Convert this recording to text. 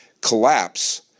collapse